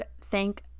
thank